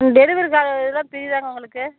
ம் delivery free தாங்க உங்களுக்கு